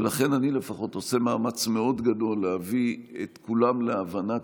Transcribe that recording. ולכן אני לפחות עושה מאמץ מאוד גדול להביא את כולם להבנה,